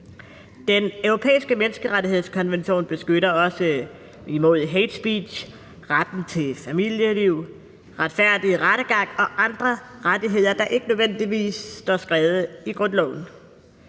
Den Europæiske Menneskerettighedskonvention beskytter også imod hate speech, retten til familieliv, retfærdig rettergang og andre rettigheder, der ikke nødvendigvis står skrevet i grundloven.